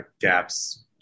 gaps